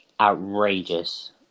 outrageous